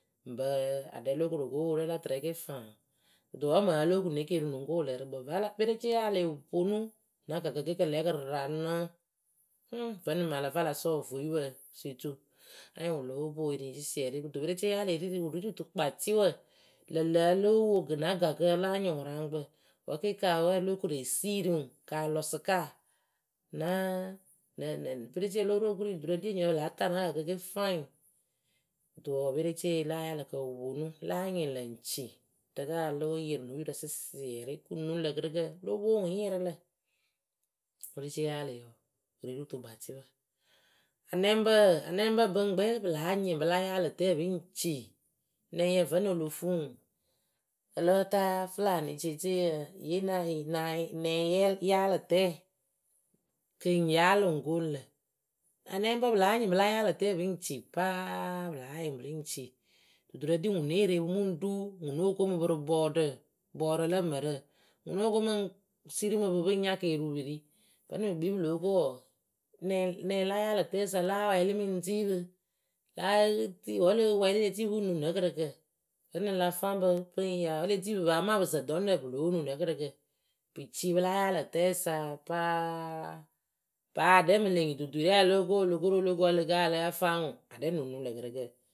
ŋbǝ aɖɛŋ lokoroko wo rɛ la tɨrɛ ke faŋ kɨto wǝ mɨŋ alo kunekeriwu nɨŋ ko wɨlɨrɨ vǝla perecee yaalɨ wɨ poonu na gakǝ ke kɨ lɛ kɨ raanɨ ŋŋ vǝnɨŋ mɨŋ ǝlǝ fɨ ala sɔ vue yupǝ sirɨtu anyɩŋ wɨlo poeri sɩsɩɛrɩ kɨto perecee yaalɩ ri rɨ wɨ rɨ tukpatɩwǝ. lǝŋlǝ olo wo na gakǝ ala nyɩŋ wɨraŋkpǝ wǝ ke kaawǝ olokore siiri ŋwɨ kalɔ sɨka náa nɛ nɛ perecee lo ru okuri duturǝ ɖi enyipǝ pɨ láa taa na gakǝ ke fayɩŋ. kɨto wɔɔ perecee la ayyalɨ kǝ wɨ poonu. la nyɩŋlǝ ŋci rɨkǝ ala yɩrɩ no yurǝ sɩsɩrɩ kɨŋ nuŋ lǝ kɨrɨkǝ olo pwo ŋwɨ ŋ yɩrɩ lǝ perecee yaalɩ wɔɔ wɨ ri rɨ tukpatɩʊ anɛŋbǝ bɨŋkpɛ pɨla nyɩŋ pɨla yaalɨ tɛ pɨ ci nɛŋyǝ vǝnɨŋ olo fuu ŋwɨ ǝ láa fɨlani ceeceeyǝ nyiye na yɩrɩ nɛŋ yɛlɩ yaalɨ tɛ kɨ ŋ yaalɨ ŋwɨ ŋ koonu lǝ anɛŋbǝ pɨ láa nyɩŋ pɨ la yaalɨ tǝɛ pɨŋ ci paa pɨla nyɩŋ ŋwɨ bɨŋ ci duturǝ ɖi ŋwɨ née re pɨ mɨŋ ɖu ŋwɨ nóo koomɨ pɨ rɨ bɔɔrǝ bɔɔrǝ lǝ mǝrǝ ŋwɨ noko mɨŋ siri mɨpɨ pɨŋ nya kerwu pɨ ri vǝnɨŋ pɨ kpii pɨ lóo ko wɔɔ nɛŋ la yaalɨ tǝyɨsa láa wɛɛlɩ mɨŋ ti pɨ láa ti wǝ la wɛlɩ le ti pɨ pɨŋ nuŋ nǝ kɨrɨkǝ vǝnɨŋ la faŋ bɨ pɨŋ ya vǝnɨŋ le tipɨ paa ma pɨ sǝ dɔŋɖǝ pɨ lóo nuŋ nǝ kɨrɨkǝ pɨci pɨla yaalɨ tɛsa paa paa aɖɛŋ mɨŋ lǝ nyituŋtuŋ rɛŋ alo ko olokoru oloko a láa faŋ ŋwɨ aɖɛŋ nuŋnu lǝ kɨrɨkǝ.